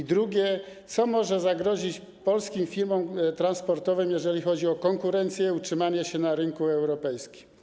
I drugie pytanie: Co może zagrozić polskim firmom transportowym, jeżeli chodzi o konkurencję, utrzymanie się na rynku europejskim?